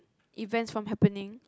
events from happening